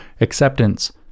acceptance